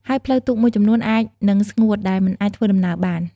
ហើយផ្លូវទូកមួយចំនួនអាចនឹងស្ងួតដែលមិនអាចធ្វើដំណើរបាន។